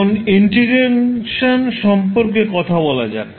এখন সময় ইন্টিগ্রেশন সম্পর্কে কথা বলা যাক